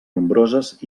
nombroses